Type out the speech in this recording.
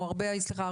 או הרבה סליחה,